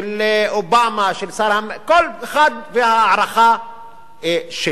של אובמה, של שר, כל אחד וההערכה שלו.